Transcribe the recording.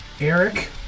eric